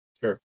sure